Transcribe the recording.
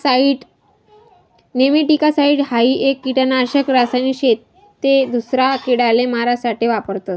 nematicide हाई एक किडानाशक रासायनिक शे ते दूसरा किडाले मारा साठे वापरतस